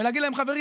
ולהגיד להם: חברים,